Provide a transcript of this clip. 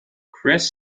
chris